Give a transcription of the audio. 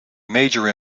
major